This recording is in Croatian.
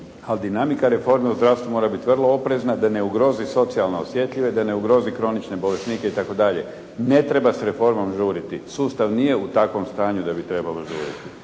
dinamika reforme u zdravstvu mora biti vrlo oprezna da ne ugrozi socijalno osjetljive, da ne ugrozi kronične bolesnike i tako dalje. Ne treba s reformom žuriti. Sustav nije u takvom stanju da bi trebalo žuriti.